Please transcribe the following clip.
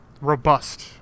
robust